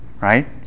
right